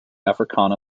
africana